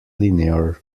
linear